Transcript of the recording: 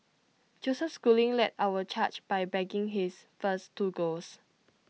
Joseph schooling led our charge by bagging his first two golds